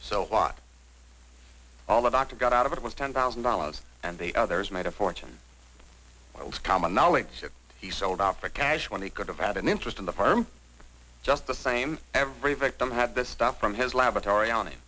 so hot all about to get out of it was ten thousand dollars and the others made a fortune i was common knowledge that he sold out for cash when he could have had an interest in the farm just the same every victim had this stuff from his laboratory on